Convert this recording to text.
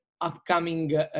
upcoming